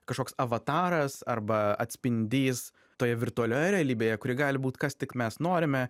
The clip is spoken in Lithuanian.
kažkoks avataras arba atspindys toje virtualioje realybėje kuri gali būt kas tik mes norime